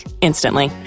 instantly